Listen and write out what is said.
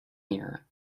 here